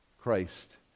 Christ